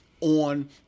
on